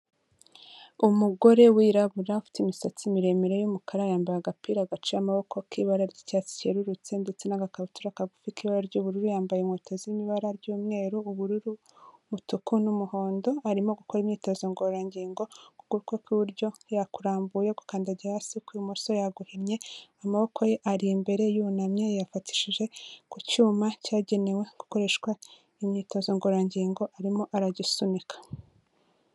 Umugore wirabura, ufite imisatsi miremire y'umukara, yambaye agapira agaciye amaboko k'ibara ry'icyatsi kererutse, ndetse n'agakabutura kagufi k'ibara ry'ubururu, yambaye inkweto zibara ry'umweru, ubururu, umutuku, n'umuhondo, arimo gukora imyitozo ngororangingo, ukuboko kw'iburyo yakurambuye, gukandagiye hasi ukw'ibumoso yaguhinnye, amaboko ye ari imbere, yunamye, yafatishije ku cyuma cyagenewe gukoreshwa imyitozo ngororangingo, arimo aragisunika.